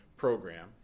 program